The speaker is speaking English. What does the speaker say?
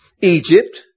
Egypt